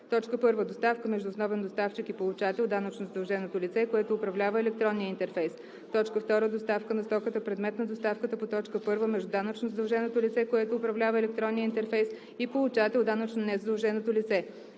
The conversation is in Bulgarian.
доставки: 1. доставка между основен доставчик и получател – данъчно задълженото лице, което управлява електронния интерфейс; 2. доставка на стоката, предмет на доставката по т. 1, между данъчно задълженото лице, което управлява електронния интерфейс, и получател – данъчно незадълженото лице.